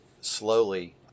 slowly